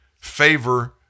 Favor